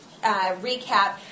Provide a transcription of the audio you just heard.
recap